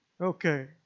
Okay